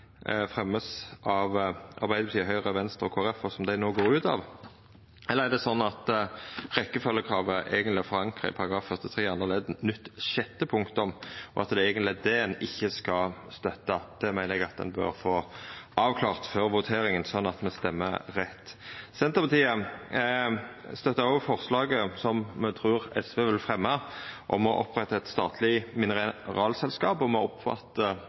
av Arbeidarpartiet, Høgre, Venstre og Kristeleg Folkeparti, og som dei no går ut av. Eller er det sånn at rekkjefølgjekravet eigentleg er forankra i § 43 andre ledd nytt sjette punktum, og at det eigentleg er det ein ikkje skal støtta? Det meiner eg at ein bør få avklart før voteringa, sånn at me stemmer rett. Senterpartiet støttar òg forslaget som me trur SV vil fremja om å oppretta eit statleg mineralselskap, og